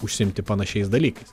užsiimti panašiais dalykais